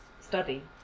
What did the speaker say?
study